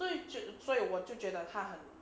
对所以我就觉得他很